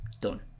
done